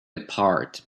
apart